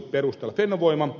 vaikka ed